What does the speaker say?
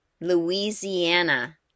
Louisiana